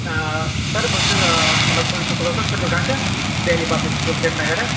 سَر بہٕ چھُس مطلب تُہِنٛدٕ سکوٗلُک سٹوٗڈَںٛٹ دہلی پَبلِک سکوٗل سرینگرٕ